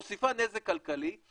מוסיפה נזק כלכלי,